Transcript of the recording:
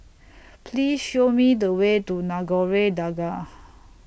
Please Show Me The Way to Nagore Dargah